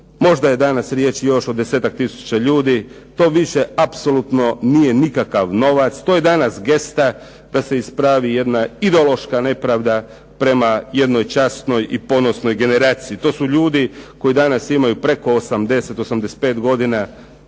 Možda je danas riječ još o desetak tisuća ljudi. To više apsolutno nije nikakav novac. To je danas gesta da se ispravi jedna ideološka nepravda prema jednoj časnoj i ponosnoj generaciji. To su ljudi koji danas imaju preko 80, 85 godina,